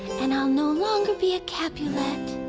and i'll no longer be a capulet.